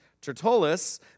Tertullus